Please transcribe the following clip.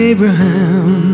Abraham